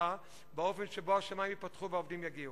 באופן שבו השמים ייפתחו והעובדים יגיעו.